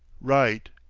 right.